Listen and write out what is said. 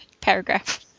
paragraph